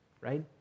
right